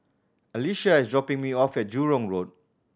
Alycia is dropping me off at Jurong Road